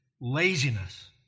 laziness